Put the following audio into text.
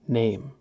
name